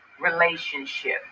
relationship